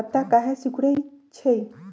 पत्ता काहे सिकुड़े छई?